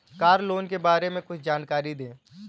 Car loan के बारे में कुछ जानकारी दें?